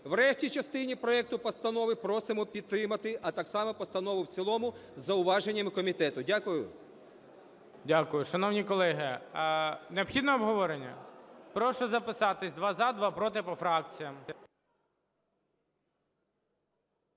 В решті частини проекту постанови просимо підтримати, а так само постанову в цілому з зауваженнями комітету. Дякую. ГОЛОВУЮЧИЙ. Дякую. Шановні колеги, необхідно обговорення? Прошу записатися: два – за, два – проти по фракціям.